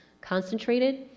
concentrated